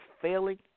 failing